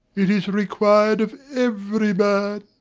it is required of every man,